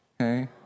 Okay